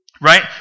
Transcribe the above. Right